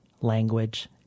language